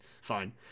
fine